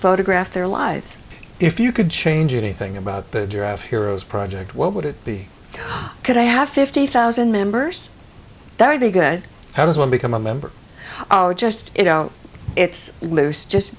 photograph their lives if you could change anything about the giraffe heroes project what would it be could i have fifty thousand members that would be good how does one become a member just you know it's loose just